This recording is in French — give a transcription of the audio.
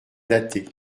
dater